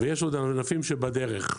ויש עוד ענפים שבדרך.